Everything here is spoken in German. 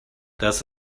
das